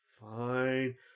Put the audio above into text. fine